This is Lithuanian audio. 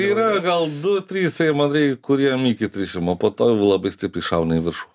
yra gal du trys seimo nariai kuriem iki trišim o po to jau labai stipriai šauna į viršų